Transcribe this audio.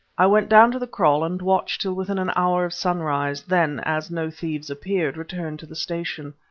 i went down to the kraal and watched till within an hour of sunrise then, as no thieves appeared, returned to the station.